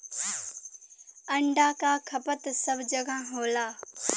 अंडा क खपत सब जगह होला